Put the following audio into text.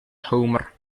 homer